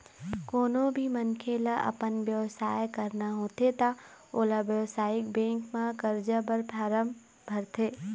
कोनो भी मनखे ल अपन बेवसाय करना होथे त ओला बेवसायिक बेंक म करजा बर फारम भरथे